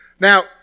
Now